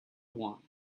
want